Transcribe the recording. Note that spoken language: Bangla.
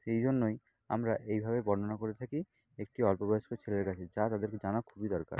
সেই জন্যই আমরা এইভাবে বর্ণনা করে থাকি একটি অল্পবয়স্ক ছেলের কাছে যা তাদেরকে জানা খুবই দরকার